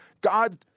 God